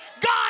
God